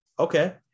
Okay